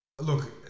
Look